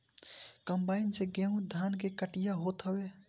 combine से गेंहू धान के कटिया होत हवे